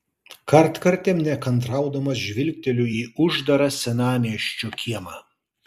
kartkartėm nekantraudamas žvilgteliu į uždarą senamiesčio kiemą